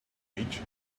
which